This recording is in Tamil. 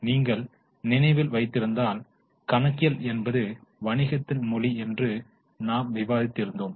நீங்கள் நினைவில் வைத்திருந்தால் கணக்கியல் என்பது வணிகத்தின் மொழி என்று நாம் விவாதித்து இருந்தோம்